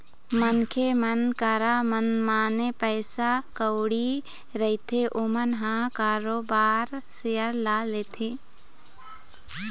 मनखे मन करा मनमाने पइसा कउड़ी रहिथे ओमन ह बरोबर सेयर ल लेथे